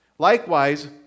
Likewise